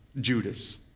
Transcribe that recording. Judas